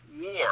war